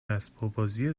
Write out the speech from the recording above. اسباببازی